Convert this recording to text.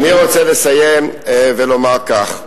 אני רוצה לסיים ולומר כך: